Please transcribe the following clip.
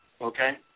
Okay